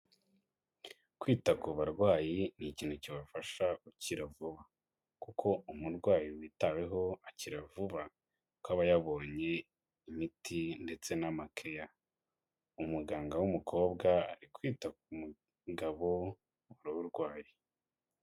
Kwita ku barwayi, ni ikintu cyabafasha gukira vuba kuko umurwayi witaweho, akira vuba kuko aba yabonye imiti ndetse n'amakeya. Umuganga w'umukobwa ari kwita ku mugabo wari urwaye.